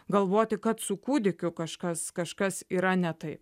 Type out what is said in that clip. galvoti kad su kūdikiu kažkas kažkas yra ne taip